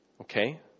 Okay